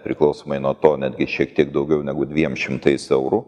priklausomai nuo to netgi šiek tiek daugiau negu dviem šimtais eurų